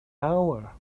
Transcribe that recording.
hour